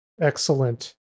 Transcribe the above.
excellent